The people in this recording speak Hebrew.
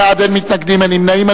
בעד, 29, אין מתנגדים, אין נמנעים.